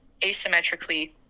asymmetrically